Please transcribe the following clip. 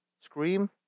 Scream